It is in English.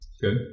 Good